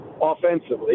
offensively